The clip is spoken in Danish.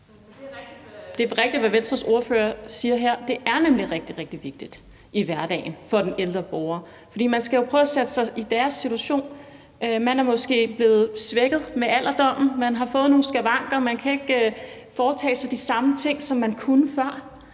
Det er rigtigt, hvad Venstres ordfører siger her. Det er nemlig rigtig, rigtig vigtigt i hverdagen for den ældre borger, for man skal jo prøve at sætte sig i deres situation. Man er måske blevet svækket med alderen, og man har fået nogle skavanker, man kan ikke foretage sig de samme ting, som man kunne før.